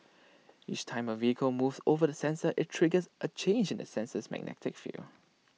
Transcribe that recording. each time A vehicle moves over the sensor IT triggers A change in the sensor's magnetic field